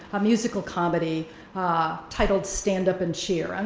a musical comedy titled stand up and cheer. and